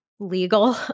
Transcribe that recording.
legal